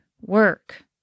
work